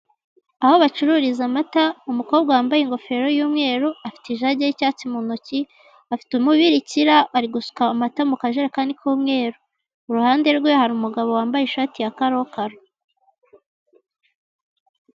Aho bacururiza amata umukobwa wambaye ingofero y'umweru afite ijage y'icyatsi mu ntoki afite umubirikira ari gusuka amata mu kajerekani k'umweru, iruhande rwe hari umugabo wambaye ishati ya karokaro.